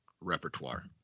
repertoire